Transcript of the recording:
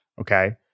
Okay